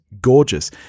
gorgeous